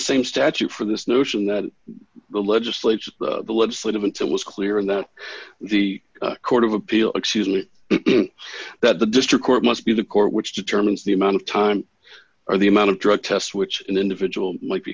same statute for this notion that the legislature the legislative intent was clear and that the court of appeal actually that the district court must be the court which determines the amount of time or the amount of drug test which an individual might be